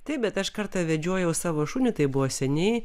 taip bet aš kartą vedžiojau savo šunį tai buvo seniai